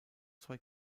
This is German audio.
zwei